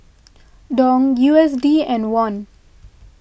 Dong U S D and Won